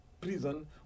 prison